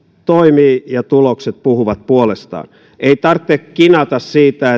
toimii ja tulokset puhuvat puolestaan ei tarvitse kinata siitä